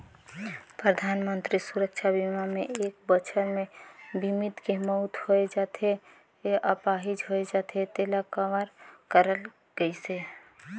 परधानमंतरी सुरक्छा बीमा मे एक बछर मे बीमित के मउत होय जाथे य आपाहिज होए जाथे तेला कवर करल गइसे